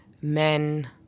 men